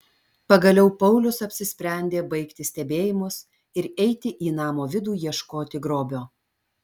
pagaliau paulius apsisprendė baigti stebėjimus ir eiti į namo vidų ieškoti grobio